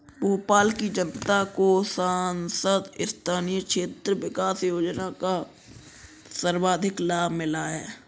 भोपाल की जनता को सांसद स्थानीय क्षेत्र विकास योजना का सर्वाधिक लाभ मिला है